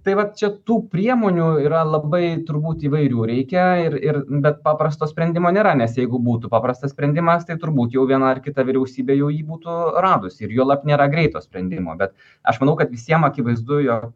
tai vat čia tų priemonių yra labai turbūt įvairių reikia ir ir bet paprasto sprendimo nėra nes jeigu būtų paprastas sprendimas tai turbūt jau viena ar kita vyriausybė jau jį būtų radusi ir juolab nėra greito sprendimo bet aš manau kad visiem akivaizdu jog